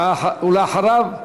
ואחריו,